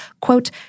quote